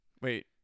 Wait